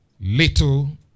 little